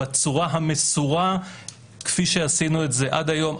בצורה המסורה כפי שעשינו עד היום.